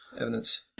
evidence